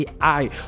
AI